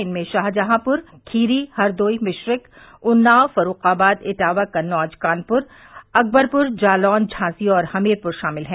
इनमें शाहजहांपुर खीरी हरदोई मिश्रिख उन्नाव फर्रूखाबाद इटावा कन्नौज कानपुर अकबरपुर जालौन झांसी और हमीरपुर शामिल हैं